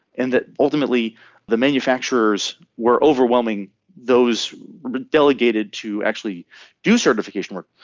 and that ultimately the manufacturers were overwhelming those delegated to actually do certification work.